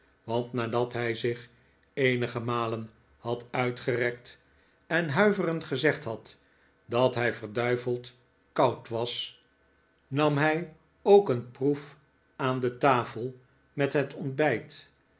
want nadat hij zich eenige malen had uitgerekt en huiverend gezegd had dat hij verduiveld koud was nam hij ook een proef aan de tafel met het ontbijt